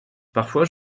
parfois